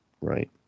Right